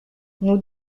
nous